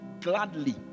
gladly